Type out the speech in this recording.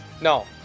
No